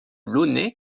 launay